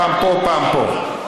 פעם פה, פעם פה.